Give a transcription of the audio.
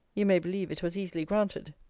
you may believe it was easily granted.